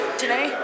today